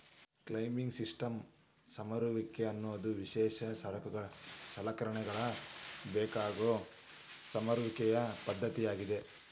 climbing systems ಸಮರುವಿಕೆ ಅನ್ನೋದು ವಿಶೇಷ ಸಲಕರಣೆಗಳ ಬೇಕಾಗೋ ಸಮರುವಿಕೆಯ ಪದ್ದತಿಯಾಗೇತಿ